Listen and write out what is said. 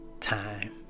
time